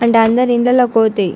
అంటే అందరి ఇళ్ళలోకి పోతాయి